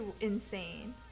insane